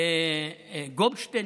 גופשטיין,